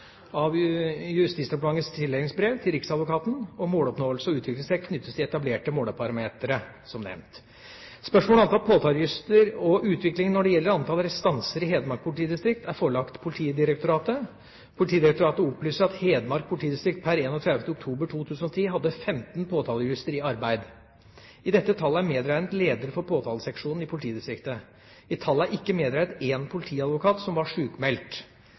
av Justisdepartementets tildelingsbrev til riksadvokaten. Måloppnåelse og utviklingstrekk knyttes til etablerte måleparametere, som nevnt. Spørsmålet om antall påtalejurister og utviklingen når det gjelder antall restanser i Hedmark politidistrikt, er forelagt Politidirektoratet. Politidirektoratet opplyser at Hedmark politidistrikt per 31. oktober 2010 hadde 15 påtalejurister i arbeid. I dette tallet er medregnet leder for påtaleseksjonen i politidistriktet. I tallet er ikke medregnet én politiadvokat, som var